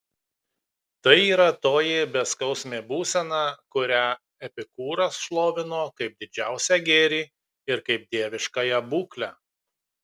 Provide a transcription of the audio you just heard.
tai yra toji beskausmė būsena kurią epikūras šlovino kaip didžiausią gėrį ir kaip dieviškąją būklę